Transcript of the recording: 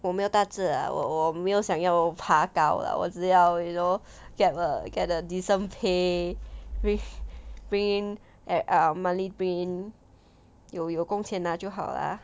我没有大志 lah 我我没有想要爬高 lah 我只要 you know get work get a decent pay bring bring in at err money bring in 有工钱拿就好 lah